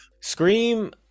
scream